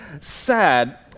sad